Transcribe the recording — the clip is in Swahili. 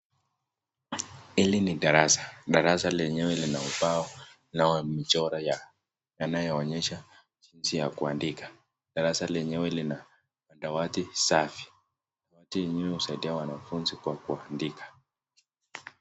Hili ni darasa, darasa lenyewe lina ubao na michoro yanayo onyesha jinsi ya kuandika, darasa lenyewe lina madawati safi, madawati yenyewe husaidia wanafunzi kwa kuandika.